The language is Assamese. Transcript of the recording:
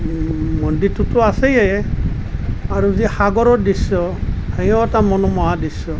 মন্দিৰটোতো আছেই আৰু যে সাগৰৰ দৃশ্য সেয়াও এটা মনোমোহা দৃশ্য